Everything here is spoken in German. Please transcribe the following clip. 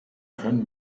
können